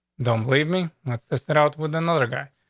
don't believe me. that's tested out with another guy.